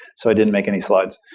so i didn't make any slides.